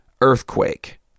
earthquake